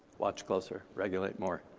watch closer, regulate more.